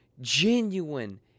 genuine